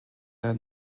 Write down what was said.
der